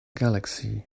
galaxy